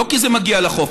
לא כי זה מגיע לחוף,